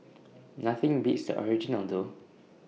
nothing beats the original though